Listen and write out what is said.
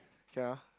can ah